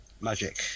magic